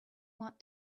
want